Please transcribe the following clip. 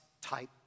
type